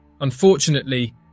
Unfortunately